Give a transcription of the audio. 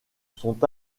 sont